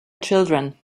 children